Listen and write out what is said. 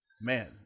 Man